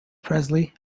presley